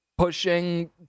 pushing